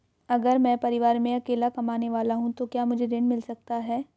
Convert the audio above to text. अगर मैं परिवार में अकेला कमाने वाला हूँ तो क्या मुझे ऋण मिल सकता है?